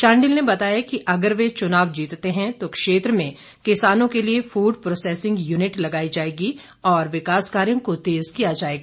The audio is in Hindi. शांडिल ने बताया कि अगर वे चुनाव जीतते हैं तो क्षेत्र में किसानों के लिए फूड प्रोसैसिंग यूनिट लगाई जाएगी और विकास कार्यों को तेज किया जाएगा